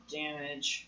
damage